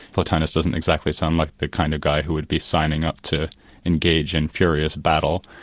plotinus isn't exactly so and like the kind of guy who would be signing up to engage in furious battle,